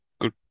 Good